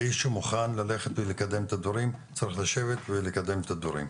מי שמוכן ללכת ולקדם את הדברים צריך לשבת ולקדם את הדברים.